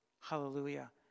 Hallelujah